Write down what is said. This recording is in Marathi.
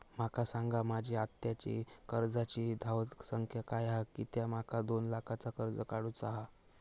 माका सांगा माझी आत्ताची कर्जाची धावसंख्या काय हा कित्या माका दोन लाखाचा कर्ज काढू चा हा?